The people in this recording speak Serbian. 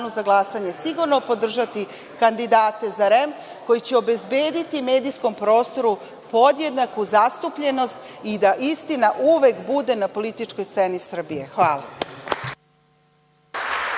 sigurno podržati kandidate za REM koji će obezbediti u medijskom prostoru podjednaku zastupljenost i da istina uvek bude na političkoj sceni Srbije. Hvala.